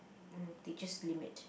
mm they just limit